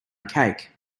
cake